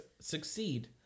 succeed